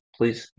Please